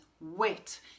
wet